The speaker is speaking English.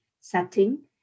setting